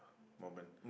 moment